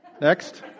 Next